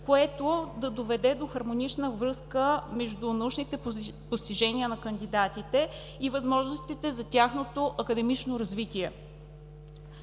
което да доведе до хармонична връзка между научните постижения на кандидатите и възможностите за тяхното академично развитие.